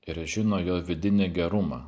ir žino jo vidinį gerumą